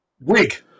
wig